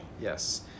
Yes